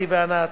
אתי וענת,